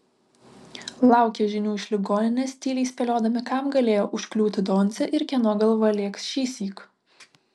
laukė žinių iš ligoninės tyliai spėliodami kam galėjo užkliūti doncė ir kieno galva lėks šįsyk